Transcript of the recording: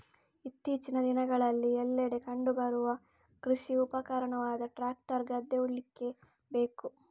ಇತ್ತೀಚಿನ ದಿನಗಳಲ್ಲಿ ಎಲ್ಲೆಡೆ ಕಂಡು ಬರುವ ಕೃಷಿ ಉಪಕರಣವಾದ ಟ್ರಾಕ್ಟರ್ ಗದ್ದೆ ಉಳ್ಳಿಕ್ಕೆ ಬೇಕು